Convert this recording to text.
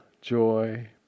joy